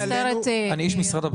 אני איש משרד הבריאות,